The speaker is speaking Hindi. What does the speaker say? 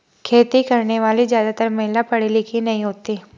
खेती करने वाली ज्यादातर महिला पढ़ी लिखी नहीं होती